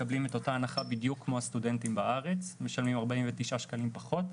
מקבלים את אותה הנחה בדיוק כמו הסטודנטים בארץ משלמים 49 שקלים פחות.